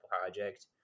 project